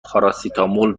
پاراسیتامول